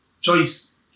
choice